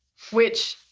which,